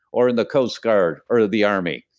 or in the coast guard, or the army.